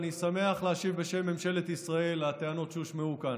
אני שמח להשיב בשם ממשלת ישראל על הטענות שהושמעו כאן.